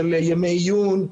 של ימי עיון,